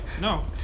No